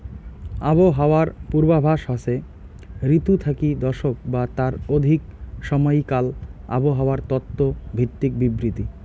আবহাওয়ার পূর্বাভাস হসে ঋতু থাকি দশক বা তার অধিক সমাইকাল আবহাওয়ার তত্ত্ব ভিত্তিক বিবৃতি